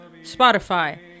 Spotify